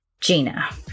Gina